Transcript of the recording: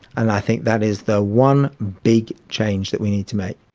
and i think that is the one big change that we need to make.